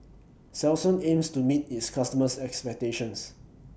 Selsun aims to meet its customers' expectations